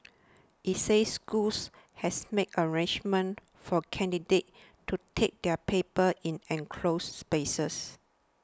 it said schools has made arrangements for candidates to take their papers in enclosed spaces